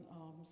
arms